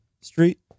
Street